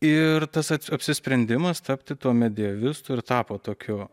ir tas apsisprendimas tapti tuo medievistu ir tapo tokiu